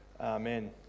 Amen